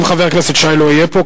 אם חבר הכנסת שי לא יהיה פה,